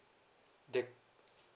the